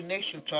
Nation